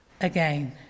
again